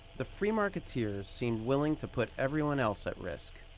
the free marketeers seemed willing to put everyone else at risk.